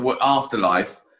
Afterlife